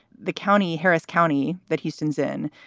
the county, harris county that houston's in,